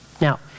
Now